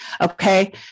okay